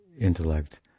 intellect